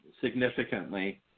significantly